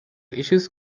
issues